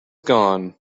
gone